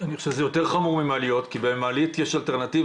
אני חושב שזה יותר חמור ממעליות כי במעליות יש אלטרנטיבה,